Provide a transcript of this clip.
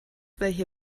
welche